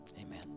Amen